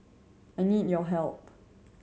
I need your help